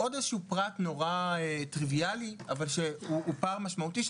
עוד איזשהו פרט מאוד טריוויאלי אבל יש בו פער משמעותי,